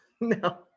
No